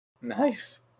Nice